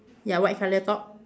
ya white colour top